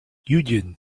union